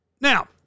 Now